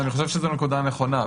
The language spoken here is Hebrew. אני חושב שזאת נקודה נכונה.